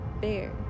bear